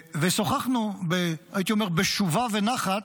ושוחחנו, הייתי אומר בשובה ונחת,